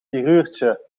vieruurtje